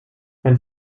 ein